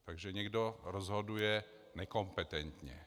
Takže někdo rozhoduje nekompetentně.